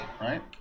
right